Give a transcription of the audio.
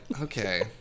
Okay